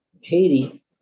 Haiti